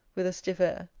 with a stiff air.